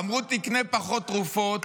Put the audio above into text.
אמרו: תקנה פחות תרופות,